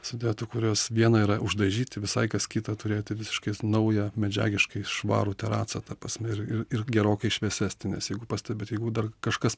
sudėtų kurios viena yra uždažyti visai kas kita turėti visiškai naują medžiagiškai švarų teracą ta prasme ir ir gerokai šviesesne nes jeigu pastebit jeigu dar kažkas